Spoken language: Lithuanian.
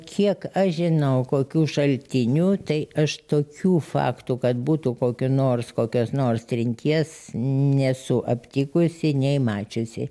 kiek aš žinau kokių šaltinių tai aš tokių faktų kad būtų kokio nors kokios nors trinties nesu aptikusi nei mačiusi